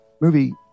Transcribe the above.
movie